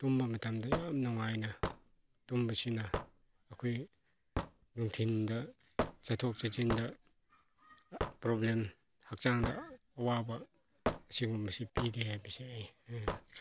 ꯇꯨꯝꯕ ꯃꯇꯝꯗ ꯌꯥꯝ ꯅꯨꯡꯉꯥꯏꯅ ꯇꯨꯝꯕꯁꯤꯅ ꯑꯩꯈꯣꯏ ꯅꯨꯡꯊꯤꯟꯗ ꯆꯠꯊꯣꯛ ꯆꯠꯁꯤꯟꯗ ꯄ꯭ꯔꯣꯕ꯭ꯂꯦꯝ ꯍꯛꯆꯥꯡꯗ ꯑꯋꯥꯕ ꯑꯁꯤꯒꯨꯝꯕꯁꯦ ꯄꯤꯔꯦ ꯍꯥꯏꯕꯁꯦ ꯑꯩ